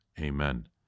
Amen